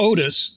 Otis